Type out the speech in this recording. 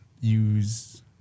use